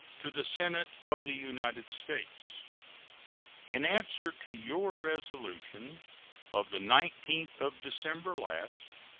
to the senate of the united states in answer to your resolution of the nineteenth of december last,